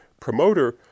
promoter